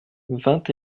vingt